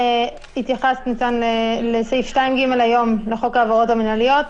התייחסתי כאן לסעיף 2(ג) היום לחוק העבירות המינהליות,